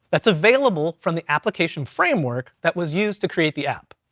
that's available from the application framework that was used to create the app.